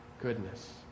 goodness